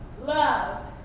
love